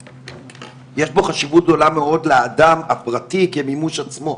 יש בו חשיבות גדולה מאוד לאדם הפרטי כמימוש עצמו.